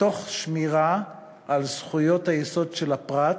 תוך שמירה על זכויות היסוד של הפרט,